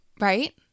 Right